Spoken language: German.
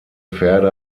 pferde